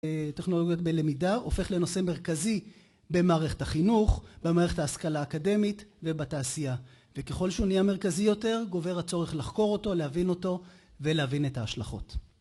טכנולוגיות בלמידה הופך לנושא מרכזי במערכת החינוך, במערכת ההשכלה האקדמית, ובתעשייה. וככל שהוא נהיה מרכזי יותר, גובר הצורך לחקור אותו, להבין אותו, ולהבין את ההשלכות.